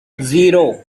zero